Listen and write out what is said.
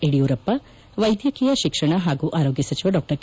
ಯಡಿಯೂರಪ್ಪ ವೈದ್ಯಕೀಯ ಶಿಕ್ಷಣ ಹಾಗೂ ಆರೋಗ್ಗ ಸಚಿವ ಡಾ ಕೆ